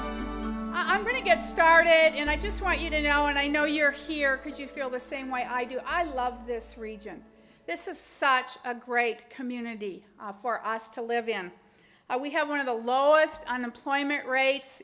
going to get started and i just want you to know and i know you're here because you feel the same way i do i love this region this is such a great community for us to live in we have one of the lowest unemployment rates